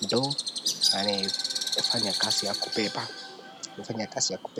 ndoo anayofanya kazi ya kubeba, anafanya kazi ya kubeba.